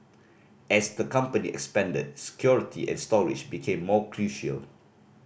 as the company expanded security and storage became more crucial